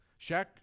Shaq